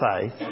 faith